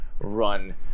run